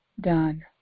done